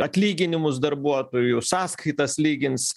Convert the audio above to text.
atlyginimus darbuotojų sąskaitas lygins